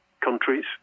countries